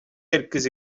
quelques